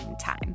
time